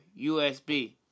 USB